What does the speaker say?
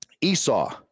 Esau